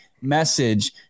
message